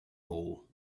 hole